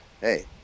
Hey